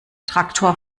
traktor